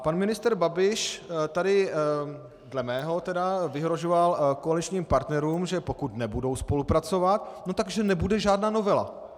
Pan ministr Babiš tady, dle mého tedy, vyhrožoval koaličním partnerům, že pokud nebudou spolupracovat, tak že nebude žádná novela.